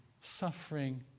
suffering